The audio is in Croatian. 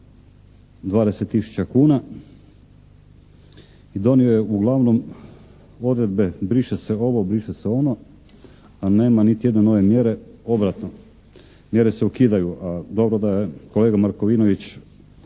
tisuća kuna i donio je uglavnom odredbe, briše se ovo, briše se ono, a nema niti jedne nove mjere. Obratno, mjere se ukidaju, a dobro da je kolega Markovinović